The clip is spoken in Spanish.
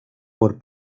por